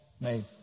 made